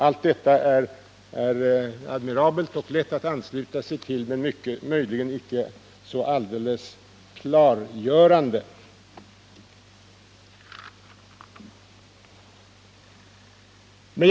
— Allt detta är lovvärt och lätt att ansluta sig till, men möjligen icke så alldeles klargörande.